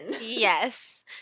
Yes